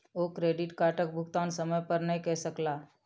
ओ credit कार्डक भुगतान समय पर नै कय सकला